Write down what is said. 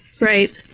Right